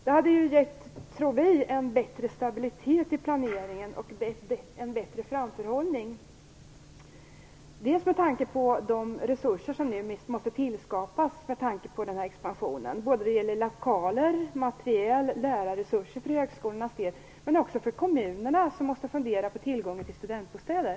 Det hade gett en bättre stabilitet i planeringen och en bättre framförhållning när det gäller att skapa de resurser som behövs med tanke på denna expansion - lokaler, material och lärarresurser för högskolans del och tillgång till studentbostäder för kommunernas del.